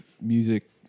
music